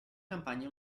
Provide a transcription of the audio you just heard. campagne